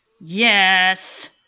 Yes